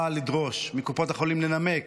באה לדרוש מקופות החולים לנמק